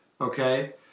Okay